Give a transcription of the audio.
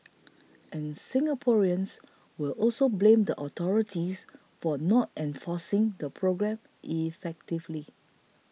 and Singaporeans will also blame the authorities for not enforcing the programme effectively